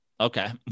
Okay